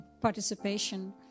participation